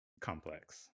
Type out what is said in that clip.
complex